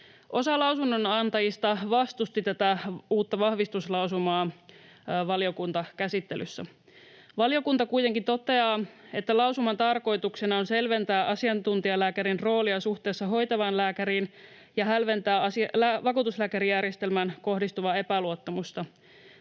Osa lausunnonantajista vastusti tätä uutta vahvistuslausumaa valiokuntakäsittelyssä. Valiokunta kuitenkin toteaa, että lausuman tarkoituksena on selventää asiantuntijalääkärin roolia suhteessa hoitavaan lääkäriin ja hälventää vakuutuslääkärijärjestelmään kohdistuvaa epäluottamusta.